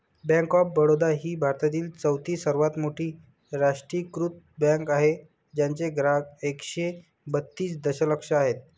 bank of Baroda ही भारतातील चौथी सर्वात मोठी राष्ट्रीयीकृत बँक आहे ज्याचे ग्राहक एकशे बत्तीस दशलक्ष आहेत